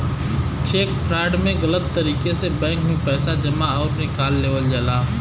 check fraud में गलत तरीके से बैंक में पैसा जमा आउर निकाल लेवल जाला